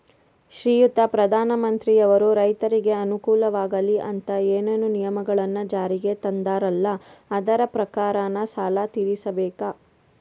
ಶ್ರೀಯುತ ಪ್ರಧಾನಮಂತ್ರಿಯವರು ರೈತರಿಗೆ ಅನುಕೂಲವಾಗಲಿ ಅಂತ ಏನೇನು ನಿಯಮಗಳನ್ನು ಜಾರಿಗೆ ತಂದಾರಲ್ಲ ಅದರ ಪ್ರಕಾರನ ಸಾಲ ತೀರಿಸಬೇಕಾ?